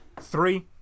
three